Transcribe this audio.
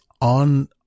on